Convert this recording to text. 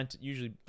usually